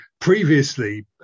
previously